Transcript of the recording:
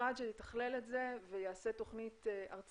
משרד שיתכלל את זה ויעשה תכנית ארצית